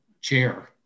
chair